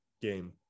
game